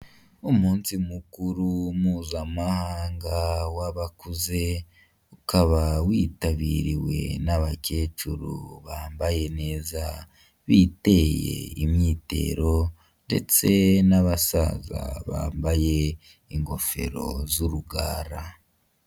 Umunsi mukuru mpuzamahanga w'abakuze, ukaba witabiriwe n'abakecuru bambaye neza biteye imyitero ndetse n'abasaza bambaye ingofero z'urugara.